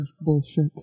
bullshit